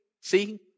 See